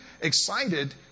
excited